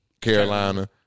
Carolina